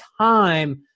time